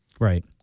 right